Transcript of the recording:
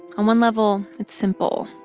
on one level, it's simple.